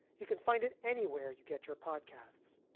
you can find it anywhere you get your podcasts.